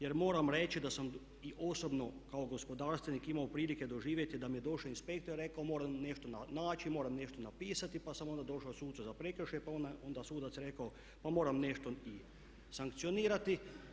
Jer moram reći da sam i osobno kao gospodarstvenik imao prilike doživjeti da mi je došao inspektor i rekao moram nešto naći, moram nešto napisati pa sam onda došao sucu za prekršaje pa je onda sudac rekao pa moram nešto sankcionirati.